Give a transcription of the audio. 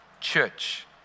church